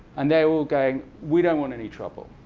and they're all going, we don't want any trouble.